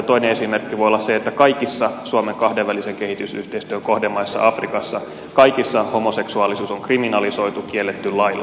toinen esimerkki voi olla se että kaikissa suomen kahdenvälisen kehitysyhteistyön kohdemaissa afrikassa homoseksuaalisuus on kriminalisoitu kielletty lailla